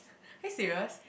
are you serious